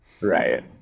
right